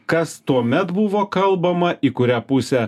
kas tuomet buvo kalbama į kurią pusę